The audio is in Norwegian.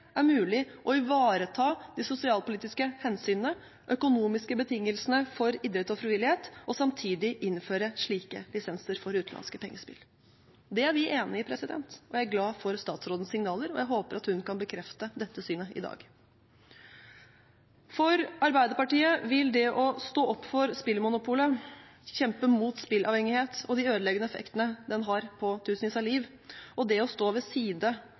er mulig å ivareta de sosialpolitiske hensynene og de økonomiske betingelsene for idrett og frivillighet og samtidig innføre slike lisenser for utenlandske pengespill. Det er vi enig i. Jeg er glad for statsrådens signaler, og jeg håper at hun kan bekrefte dette synet i dag. For Arbeiderpartiet vil det å stå opp for spillmonopolet, kjempe mot spilleavhengighet og de ødeleggende effektene den har på tusenvis av liv, og det å stå side ved side